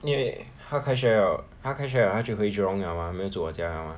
因为她开学 liao 她开学 liao 她就回 jurong liao mah 没有住我家 liao mah